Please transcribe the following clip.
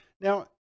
Now